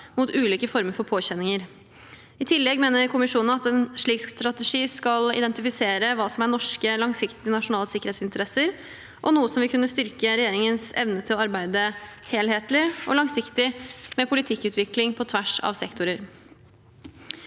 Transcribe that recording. mot ulike former for påkjenninger. I tillegg mener kommisjonene at en slik strategi skal identifisere hva som er Norges langsiktige nasjonale sikkerhetsinteresser, og er noe som vil kunne styrke regjeringens evne til å arbeide helhetlig og langsiktig med politikkutvikling på tvers av sektorer.